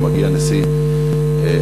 ומגיע נשיא ארצות-הברית,